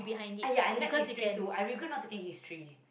aiyah I like history too I regret not to take history